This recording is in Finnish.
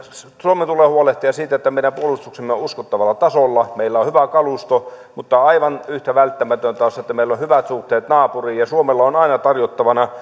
suomen tulee huolehtia siitä että meidän puolustuksemme on uskottavalla tasolla meillä on hyvä kalusto mutta aivan yhtä välttämätöntä on se että meillä on hyvät suhteet naapuriin ja suomella on aina tarjottavana